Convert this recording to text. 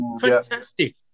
Fantastic